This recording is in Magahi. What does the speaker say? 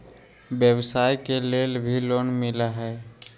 व्यवसाय के लेल भी लोन मिलहई?